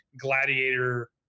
gladiator